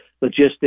logistics